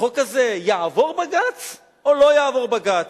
החוק הזה יעבור בג"ץ או לא יעבור בג"ץ?